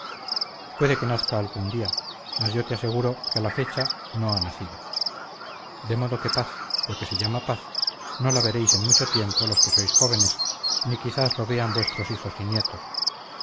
puede que nazca algún día mas yo te aseguro que a la fecha no ha nacido de modo que paz lo que se llama paz no la veréis en mucho tiempo los que sois jóvenes ni quizás lo vean vuestros hijos y nietos